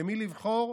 במי לבחור.